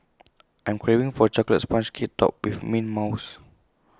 I am craving for A Chocolate Sponge Cake Topped with Mint Mousse